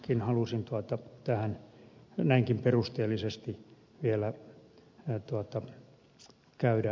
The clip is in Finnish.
tämänkin halusin näinkin perusteellisesti vielä käydä läpi